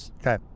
Okay